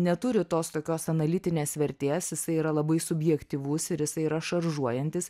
neturi tos tokios analitinės vertės jisai yra labai subjektyvus ir jisai yra šaržuojantis